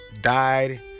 died